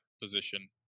position